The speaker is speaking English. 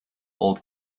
old